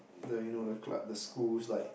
the you know the club the school's like